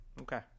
Okay